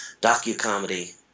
docu-comedy